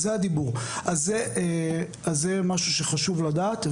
אז זה משהו שחשוב לדעת.